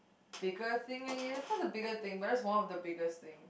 bigger thing I guess one of the bigger thing perhaps one of the biggest thing